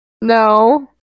No